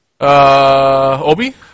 Obi